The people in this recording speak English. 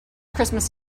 christmas